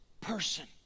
person